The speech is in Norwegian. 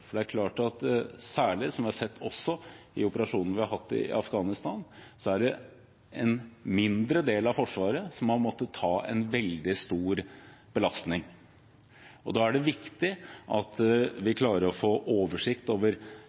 vi har hatt i Afghanistan, en mindre del av Forsvaret som har måttet ta en veldig stor belastning. Da er det viktig at man klarer å få oversikt over